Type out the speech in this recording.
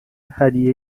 هدیه